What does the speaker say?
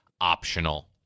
optional